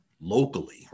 locally